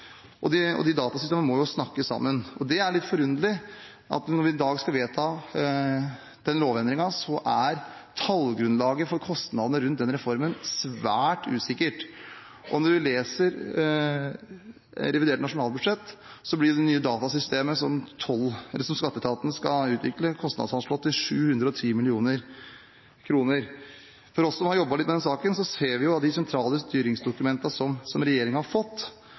kreve inn pengene. De datasystemene må jo snakke sammen. Det er litt forunderlig, når vi i dag skal vedta den lovendringen, at tallgrunnlaget for kostnadene rundt reformen er svært usikkert. Når vi leser revidert nasjonalbudsjett, blir det nye datasystemet som skatteetaten skal utvikle, kostnadsanslått til 710 mill. kr. Vi som har jobbet litt med den saken, ser jo av de sentrale styringsdokumentene som regjeringen har fått,